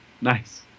Nice